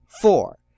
Four